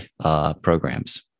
programs